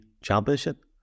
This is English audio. championship